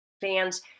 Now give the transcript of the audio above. fans